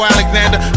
Alexander